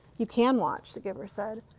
you can watch, the giver said.